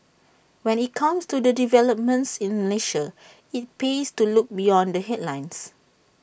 when IT comes to developments in Malaysia IT pays to look beyond the headlines